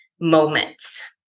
moments